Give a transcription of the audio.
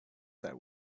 that